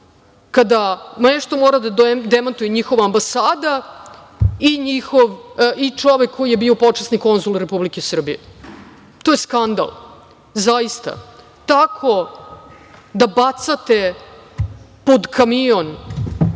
kada nešto mora da demantuje njihova ambasada i čovek koji je bio počasni konzul Republike Srbije. To je skandal, zaista. Tako da bacate pod kamion